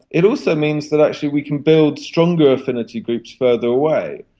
it also means that actually we can build stronger affinity groups further away.